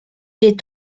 est